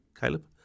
Caleb